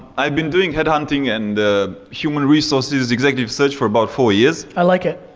i've been doing headhunting and human resources, executive search, for about four years. i like it.